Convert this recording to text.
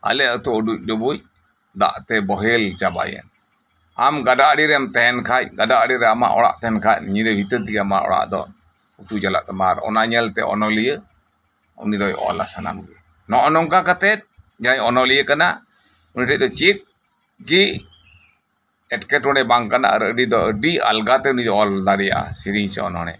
ᱟᱞᱮ ᱟᱛᱩ ᱩᱰᱩᱡ ᱰᱩᱵᱩᱡ ᱫᱟᱜ ᱛᱮ ᱵᱚᱦᱮᱞ ᱪᱟᱵᱟᱭᱮᱱ ᱟᱢ ᱜᱟᱰᱟ ᱟᱲᱮᱨᱮᱢ ᱛᱟᱦᱮᱱ ᱠᱷᱟᱱ ᱜᱟᱰᱟ ᱟᱲᱮᱨᱮ ᱟᱢᱟᱜ ᱚᱲᱟᱜ ᱛᱟᱦᱮᱱ ᱠᱷᱟᱱ ᱧᱤᱫᱟᱹ ᱵᱷᱤᱛᱟᱹᱨᱛᱮᱜᱮ ᱟᱢᱟᱜ ᱚᱲᱟᱜ ᱫᱚ ᱟᱛᱳ ᱪᱟᱞᱟᱜ ᱛᱟᱢᱟ ᱟᱨ ᱚᱱᱟ ᱧᱮᱞᱛᱮ ᱚᱱᱚᱞᱤᱭᱟᱹ ᱩᱱᱤᱫᱚᱭ ᱚᱞᱟ ᱥᱟᱱᱟᱢ ᱱᱚᱜ ᱚᱭ ᱱᱚᱝᱠᱟ ᱠᱟᱛᱮᱫ ᱡᱟᱦᱟᱸᱭ ᱚᱱᱚᱞᱤᱭᱟᱹ ᱠᱟᱱᱟ ᱩᱱᱤᱴᱷᱮᱱ ᱫᱚ ᱪᱮᱫ ᱜᱮ ᱮᱴᱠᱮ ᱴᱚᱲᱮ ᱵᱟᱝᱠᱟᱱᱟ ᱚᱱᱚᱞᱤᱭᱟᱹ ᱫᱚ ᱟᱹᱰᱤ ᱟᱞᱜᱟᱛᱮ ᱩᱱᱤᱭ ᱚᱞ ᱫᱟᱲᱤᱭᱟᱜᱼᱟ ᱥᱮᱹᱨᱮᱹᱧ ᱥᱮ ᱚᱱᱚᱬᱦᱮ